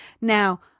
Now